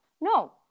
no